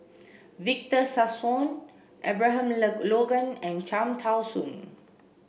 Victor Sassoon Abraham Logan and Cham Tao Soon